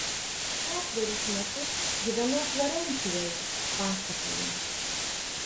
ketverius metus gyvenau florencijoje pasakojau